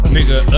Nigga